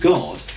God